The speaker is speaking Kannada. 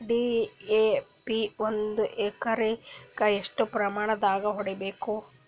ಡಿ.ಎ.ಪಿ ಒಂದು ಎಕರಿಗ ಎಷ್ಟ ಪ್ರಮಾಣದಾಗ ಹಾಕಬೇಕು?